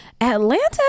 Atlanta